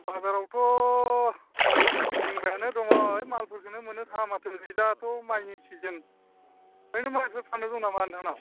बाजारावथ' गिदिंबायानो दङ ओइ मालफोरखौनो मोननो थाङा माथो नै दाथ' मायनि सिजोन आमफ्राय नों मायफोर फान्नाय दं नामा नोंथांनाव